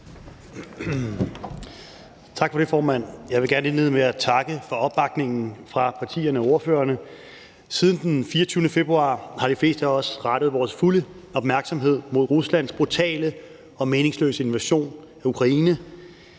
Tak for det, formand. Jeg vil gerne indlede med at takke for opbakningen fra partierne og ordførerne. Siden den 24. februar har de fleste af os rettet vores fulde opmærksomhed mod Ruslands brutale og meningsløse invasion af Ukraine.